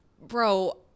bro